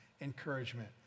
encouragement